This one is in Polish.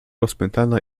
rozpętana